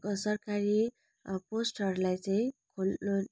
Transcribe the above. ब सरकारी पोस्टहरूलाई चाहिँ खोल्नु